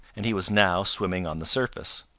and he was now swimming on the surface.